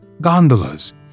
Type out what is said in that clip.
Gondolas